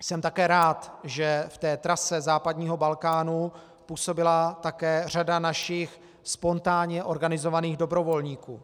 Jsem také rád, že v té trase západního Balkánu působila také řada našich spontánně organizovaných dobrovolníků.